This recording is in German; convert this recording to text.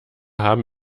haben